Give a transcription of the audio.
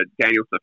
Daniel